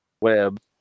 web